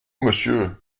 monsieur